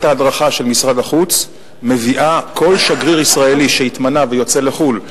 ההדרכה של משרד החוץ מביאה כל שגריר ישראלי שהתמנה ויוצא לחו"ל,